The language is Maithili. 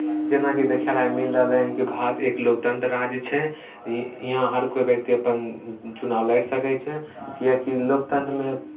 जेनाकि देखय लए मिल रहलै हइ कि भारत एक लोकतन्त्र राज्य छै हि हियाँ हर कोइ व्यक्ति अपन चुनाव लड़ि सकै छै किएकि लोकतन्त्रमे